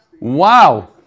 Wow